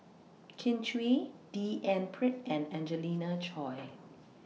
Kin Chui D N Pritt and Angelina Choy